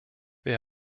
wir